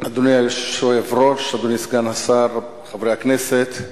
אדוני היושב-ראש, אדוני סגן השר, חברי הכנסת,